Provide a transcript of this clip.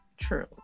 True